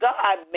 God